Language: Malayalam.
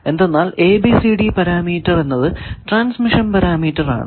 എന്തെന്നാൽ ABCD പാരാമീറ്റർ എന്നത് ട്രാൻസ്മിഷൻ പാരാമീറ്റർ ആണ്